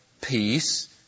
peace